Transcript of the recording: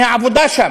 מהעבודה שם.